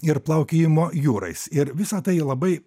ir plaukiojimo jūrais ir visa tai labai